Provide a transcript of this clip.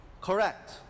correct